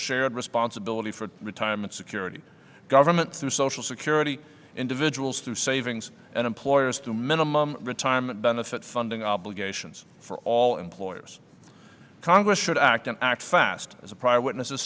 shared responsibility for retirement security government through social security individuals through savings and employers to a minimum retirement benefit funding obligations for all employers congress should act and act fast as a prior witnesses